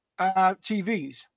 TVs